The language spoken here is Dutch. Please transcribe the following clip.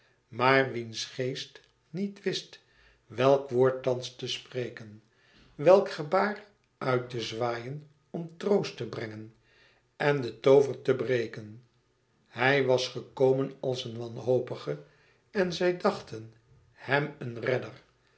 maar wiens geest niet wist welk woord thans te spreken welk gebaar uit te zwaaien om troost te brengen en den toover te breken hij was gekomen als een wanhopige en zij dachten hem een redder